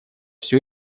все